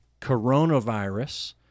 coronavirus